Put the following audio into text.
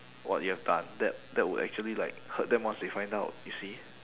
what you have done that that will actually like hurt them once they find out you see